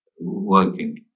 working